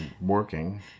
working